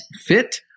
fit